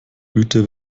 güter